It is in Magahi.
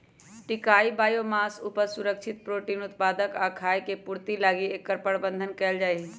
टिकाऊ बायोमास उपज, सुरक्षित प्रोटीन उत्पादक आ खाय के पूर्ति लागी एकर प्रबन्धन कएल जाइछइ